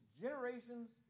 generations